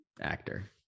actor